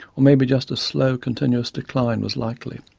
or maybe just a slow, continuous decline was likely.